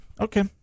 Okay